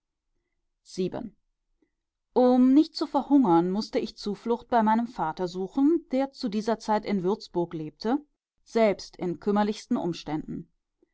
um nicht zu verhungern mußte ich zuflucht bei meinem vater suchen der zu dieser zeit in würzburg lebte selbst in kümmerlichsten umständen